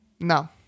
No